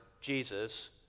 Jesus